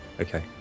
Okay